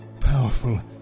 powerful